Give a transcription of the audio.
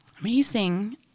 Amazing